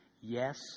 yes